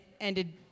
ended